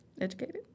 educated